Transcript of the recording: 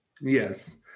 yes